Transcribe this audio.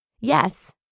Yes